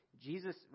Jesus